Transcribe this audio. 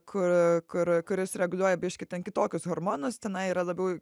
kur kur kuris reguliuoja biškį ten kitokius hormonus tenai yra labiau